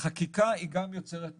שחקיקה היא גם יוצרת נורמות.